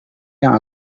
yang